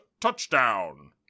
touchdown